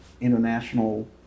international